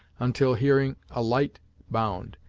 until hearing a light bound,